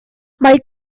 mae